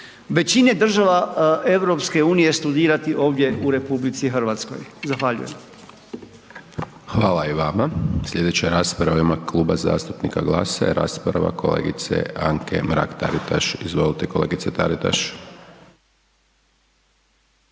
većine država EU studirati ovdje u RH. Zahvaljujem. **Hajdaš Dončić, Siniša (SDP)** Hvala i vama. Slijedeća rasprava u ime Kluba zastupnika GLAS-a je rasprava kolegice Anke Mrak Taritaš. Izvolite kolegice Taritaš.